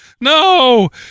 No